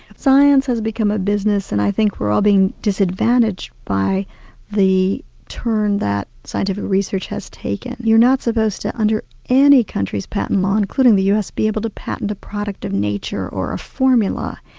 science has become a business, and i think we're all being disadvantaged by the turn that scientific research has taken. you're not supposed to under any country's patent law, including the us, be able to patent a product of nature or a formula,